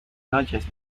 noches